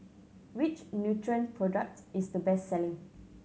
which Nutren product is the best selling